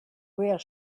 where